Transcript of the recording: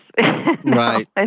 Right